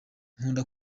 kunda